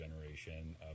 generation